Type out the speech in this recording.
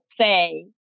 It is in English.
say